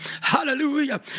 Hallelujah